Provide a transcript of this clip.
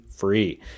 free